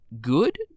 good